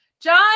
John